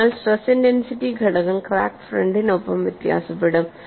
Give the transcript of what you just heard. അതിനാൽ stress intensity ഘടകം crack ഫ്രണ്ടിനൊപ്പം വ്യത്യാസപ്പെടും